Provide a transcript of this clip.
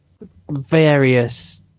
various